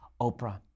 Oprah